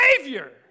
Savior